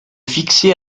fixer